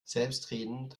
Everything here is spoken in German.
selbstredend